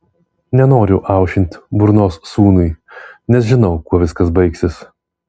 nenoriu aušinti burnos sūnui nes žinau kuo viskas baigsis